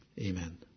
Amen